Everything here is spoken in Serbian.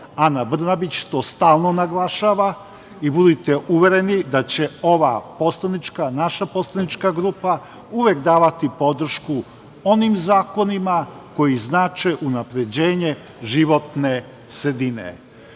Ana Brnabić to stalno naglašava i budite uvereni da će naša poslanička grupa uvek davati podršku onim zakonima koji znače unapređenje životne sredine. Stav